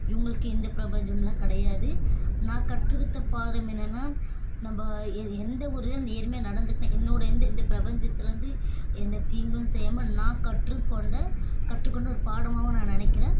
இவங்களுக்கு இந்த பிரபஞ்சம்லாம் கிடையாது நான் கற்றுக்கிட்ட பாடம் என்னன்னா நம்ம எ எந்தவொரு நேர்மையாக நடந்துக்கிட்டேன் என்னோடய இந்த இந்த பிரபஞ்சத்தில் வந்து எந்த தீங்கும் செய்யாமல் நான் கற்றுக்கொண்ட கற்றுக்கொண்ட ஒரு பாடமாகவும் நான் நினைக்கிறேன்